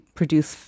produce